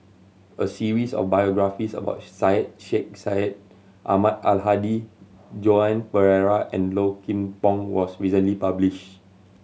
a series of biographies about Syed Sheikh Syed Ahmad Al Hadi Joan Pereira and Low Kim Pong was recently publish